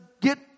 get